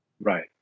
Right